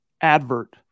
advert